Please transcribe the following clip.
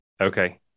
Okay